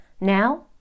Now